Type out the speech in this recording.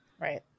Right